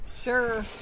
Sure